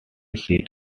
seat